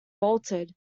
bolted